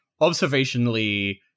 observationally